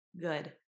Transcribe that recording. good